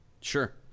Sure